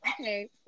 Okay